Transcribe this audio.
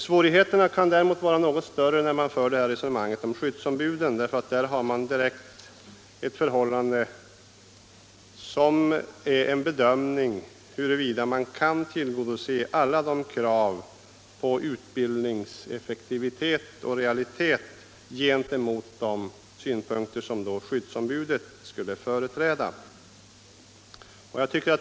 Svårigheterna kan däremot vara något större när man för resonemanget om skyddsombuden. Här blir det fråga om en avvägning mellan kravet på effektivitet och realism i utbildningen och de synpunkter som skyddsombudet kan företräda.